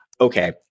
okay